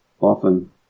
Often